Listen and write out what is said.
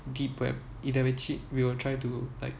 deep web இத வச்சு:itha vachu we will try to like